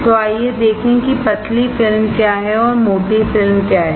तो आइए देखें कि पतली फिल्म क्या है और मोटी फिल्म क्या है